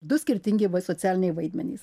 du skirtingi socialiniai vaidmenys